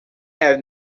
have